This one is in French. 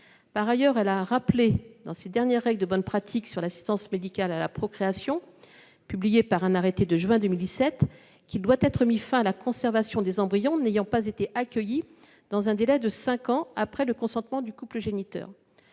Par ailleurs, elle a rappelé, dans ses dernières règles de bonnes pratiques sur l'assistance médicale à la procréation, publiées dans un arrêté de juin 2017, qu'il doit être mis fin à la conservation des embryons n'ayant pas été accueillis dans un délai de cinq ans après le consentement du couple géniteur.